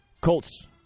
Colts